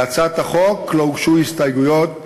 להצעת החוק לא הוגשו הסתייגויות,